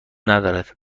ندارد